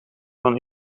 van